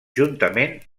juntament